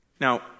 Now